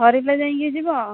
ସରିଲେ ଯାଇକି ଯିବ